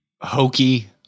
hokey